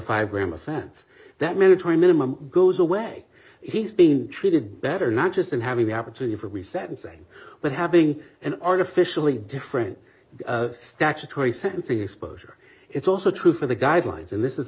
five gram offense that mandatory minimum goes away he's been treated better not just in having the opportunity for we sentencing but having an artificially different statutory sentencing exposure it's also true for the guidelines and this is